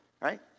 right